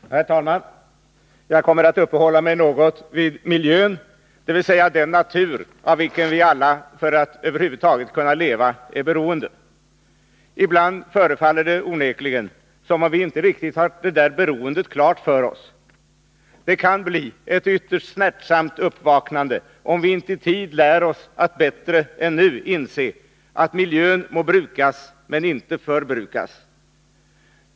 Herr talman! Jag kommer att uppehålla mig något vid miljön, dvs. den natur av vilken vi alla för att över huvud taget kunna leva är beroende. Ibland förefaller det onekligen som om vi inte har det beroendet riktigt klart för oss. Det kan bli ett ytterst smärtsamt uppvaknande, om vi inte i tid lär oss att bättre än nu inse att miljön må brukas men inte förbrukas.